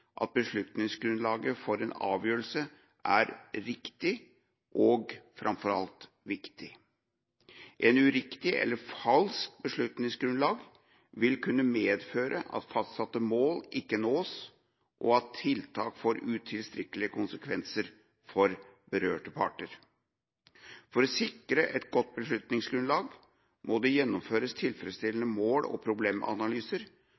at beslutningsgrunnlaget for en avgjørelse er riktig og framfor alt viktig. Et uriktig eller falsk beslutningsgrunnlag vil kunne medføre at fastsatte mål ikke nås, og at tiltak får utilsiktede konsekvenser for berørte parter. For å sikre et godt beslutningsgrunnlag må det gjennomføres